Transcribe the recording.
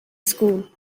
school